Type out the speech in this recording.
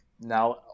now